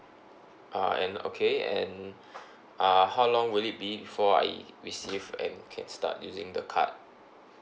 uh and okay and uh how long will it be before I receive and can start using the card